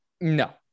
No